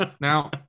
Now